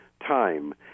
time